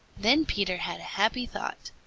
then peter had a happy thought.